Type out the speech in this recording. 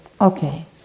okay